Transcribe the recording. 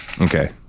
Okay